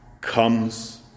comes